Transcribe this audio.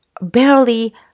barely